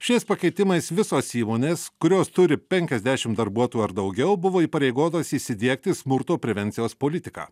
šiais pakeitimais visos įmonės kurios turi penkiasdešimt darbuotojų ar daugiau buvo įpareigotos įsidiegti smurto prevencijos politiką